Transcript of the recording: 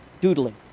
doodling